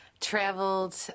Traveled